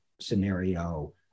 scenario